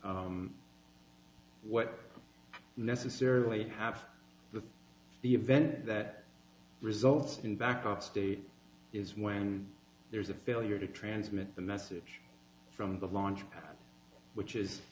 e what necessarily have the event that results in back on stage is when there's a failure to transmit the message from the launch pad which is